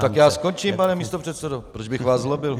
Tak já skončím, pane místopředsedo, proč bych vás zlobil.